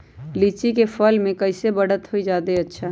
लिचि क फल म कईसे बढ़त होई जादे अच्छा?